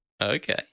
Okay